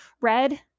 red